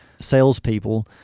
salespeople